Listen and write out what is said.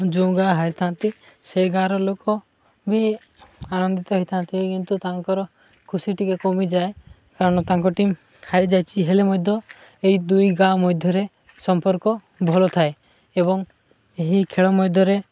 ଯେଉଁ ଗାଁ ହାରିଥାନ୍ତି ସେଇ ଗାଁର ଲୋକ ବି ଆନନ୍ଦିତ ହେଇଥାନ୍ତି କିନ୍ତୁ ତାଙ୍କର ଖୁସି ଟିକେ କମିଯାଏ କାରଣ ତାଙ୍କ ଟିମ୍ ହାରିଯାଇଛି ହେଲେ ମଧ୍ୟ ଏହି ଦୁଇ ଗାଁ ମଧ୍ୟରେ ସମ୍ପର୍କ ଭଲ ଥାଏ ଏବଂ ଏହି ଖେଳ ମଧ୍ୟରେ